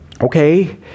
okay